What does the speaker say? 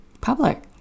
public